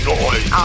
Noise